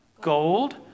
Gold